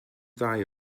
ddau